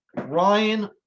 Ryan